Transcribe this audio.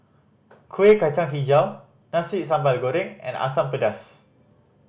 Kueh Kacang Hijau Nasi Sambal Goreng and Asam Pedas